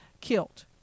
killed